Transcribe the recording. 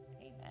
amen